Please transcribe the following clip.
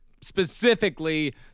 Specifically